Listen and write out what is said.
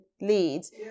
leads